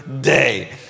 day